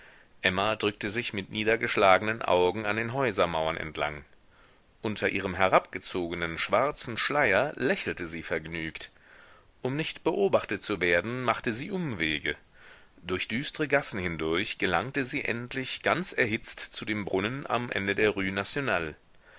emma drückte sich mit niedergeschlagenen augen an den häusermauern entlang unter ihrem herabgezogenen schwarzen schleier lächelte sie vergnügt um nicht beobachtet zu werden machte sie umwege durch düstre gassen hindurch gelangte sie endlich ganz erhitzt zu dem brunnen am ende der